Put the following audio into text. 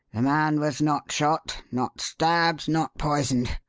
the man was not shot, not stabbed, not poisoned,